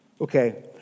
Okay